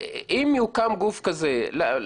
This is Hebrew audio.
אם יוקם גוף כזה במקום חברה פרטית,